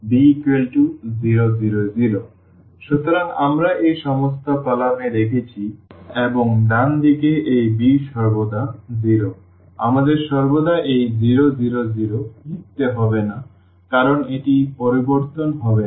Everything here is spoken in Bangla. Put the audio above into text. b0 0 0 সুতরাং আমরা এই সমস্ত কলাম এ রেখেছি এবং ডান দিকে এই b সর্বদা 0 আমাদের সর্বদা এই 0 0 0 লিখতে হবে না কারণ এটি পরিবর্তন হবে না